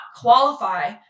qualify